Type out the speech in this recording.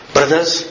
Brothers